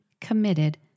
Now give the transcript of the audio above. committed